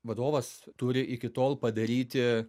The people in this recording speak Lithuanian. vadovas turi iki tol padaryti